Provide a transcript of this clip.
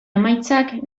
emaitzak